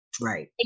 Right